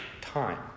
time